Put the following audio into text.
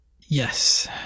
Yes